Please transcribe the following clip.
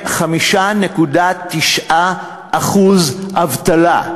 5.9% אבטלה.